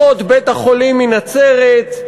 אחות בית-החולים מנצרת,